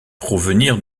provenir